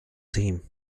team